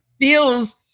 feels